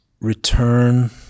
return